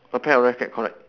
a pair of racket correct